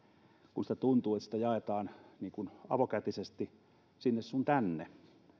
kun tuntuu että sitä jaetaan avokätisesti sinne sun tänne